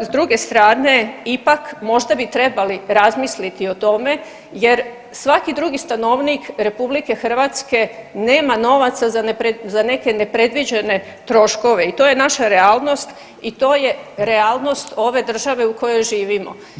s druge strane ipak možda bi trebali razmisliti o tome jer svaki drugi stanovnik RH nema novaca za neke nepredviđene troškove i to je naša realnost i to je realnost ove države u kojoj živimo.